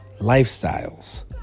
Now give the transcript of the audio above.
lifestyles